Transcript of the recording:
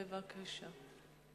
בבקשה.